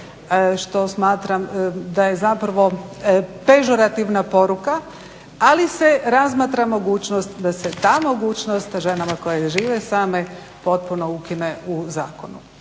što smatram da je zapravo pežorativna poruka ali se razmatra mogućnost da se ta mogućnost ženama koje žive same potpuno ukine u Zakonu.